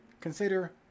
Consider